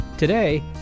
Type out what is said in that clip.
Today